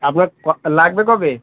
আপনার কবে লাগবে কবে